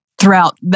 throughout